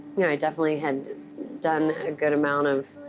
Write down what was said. you know i definitely had done a good amount of